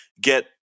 get